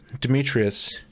Demetrius